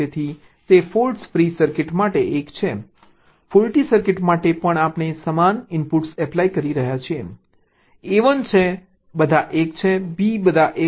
તેથી તે fault free circuit માટે 1 છે ફોલ્ટી સર્કિટ માટે પણ આપણે સમાન ઇનપુટ્સ એપ્લાય કરી રહ્યા છીએ a 1 છે બધા 1 છે b બધા 1 છે